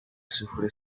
sufre